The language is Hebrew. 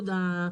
-- הקידוד הזה.